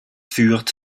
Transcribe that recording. führt